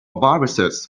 viruses